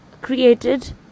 created